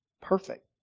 perfect